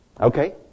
okay